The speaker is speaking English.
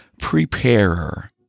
preparer